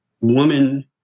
woman